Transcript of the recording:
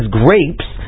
grapes